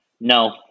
no